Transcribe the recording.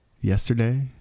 Yesterday